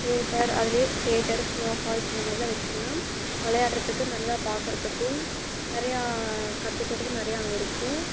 theatre அதிலயே theatre snow falls இந்த மாதிரி எல்லாம் வைச்சோம்ன்னா விளையாடுகிறதுக்கு நல்லா பார்க்குறத்துக்கும் நிறையா கற்றுக்குறத்துக்கும் நிறையா அங்கே இருக்கும்